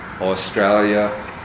Australia